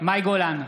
מאי גולן,